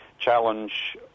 challenge